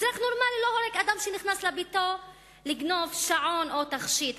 אזרח נורמלי לא הורג אדם שנכנס לביתו לגנוב שעון או תכשיט.